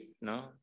no